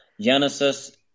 Genesis